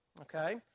okay